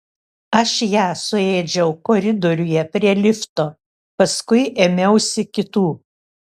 aš ją suėdžiau koridoriuje prie lifto paskui ėmiausi kitų